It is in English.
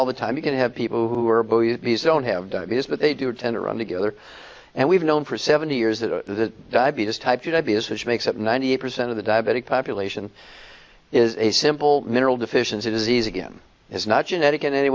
all the time you can have people who are but don't have diabetes but they do tend to run together and we've known for seventy years that diabetes type should i be as which makes up ninety eight percent of the diabetic population is a simple mineral deficiency disease again is not genetic in any